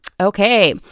Okay